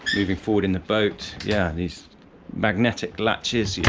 moving forward in the boat, yeah these magnetic latches, yeah